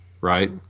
Right